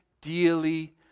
dearly